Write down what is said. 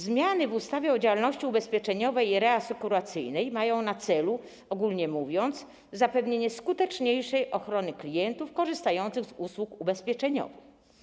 Zmiany w ustawie o działalności ubezpieczeniowej i reasekuracyjnej mają na celu, ogólnie mówiąc, zapewnienie skuteczniejszej ochrony klientów korzystających z usług ubezpieczeniowych.